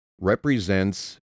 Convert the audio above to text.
represents